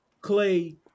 Clay